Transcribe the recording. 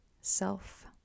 self